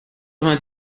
vingt